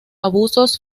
abusos